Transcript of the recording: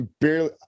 barely